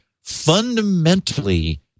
fundamentally